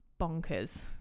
bonkers